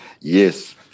Yes